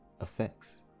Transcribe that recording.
effects